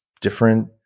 different